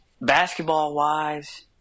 Basketball-wise